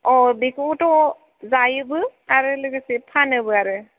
अ बेखौथ' जायोबो आरो लोगोसे फानोबो आरो